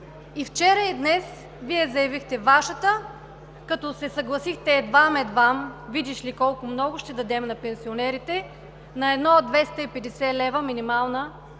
И вчера, и днес Вие заявихте Вашата, като се съгласихте едвам-едвам, видиш ли, колко много ще дадем на пенсионерите, на едно 250 лв. минимална